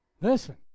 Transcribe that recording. Listen